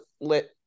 let